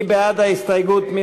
מי בעד ההסתייגות?